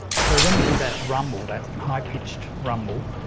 so when we did that rumble, that high-pitched rumble,